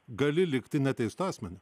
gali likti neteistu asmeniu